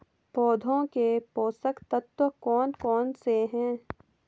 पौधों के पोषक तत्व कौन कौन से हैं?